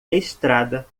estrada